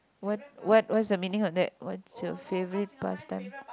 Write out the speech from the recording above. what what what is the meaning of that what's your favourite pastime